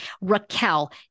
Raquel